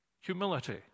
humility